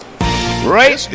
Right